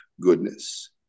goodness